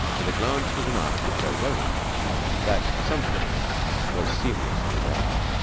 and a glance was enough to show roland that something was seriously wrong.